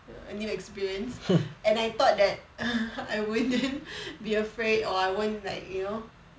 a new experience and I thought that I wouldn't be afraid or I won't like you know